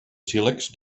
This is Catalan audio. sílex